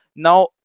Now